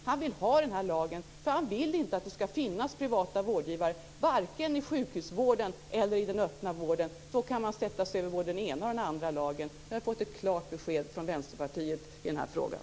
Han vill ha den här lagen, för han vill inte att det ska finnas privata vårdgivare, varken i sjukhusvården eller i den öppna vården. Då kan man sätta sig över både den ena och den andra lagen. Nu har jag fått ett klart besked från Vänsterpartiet i den här frågan.